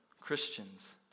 Christians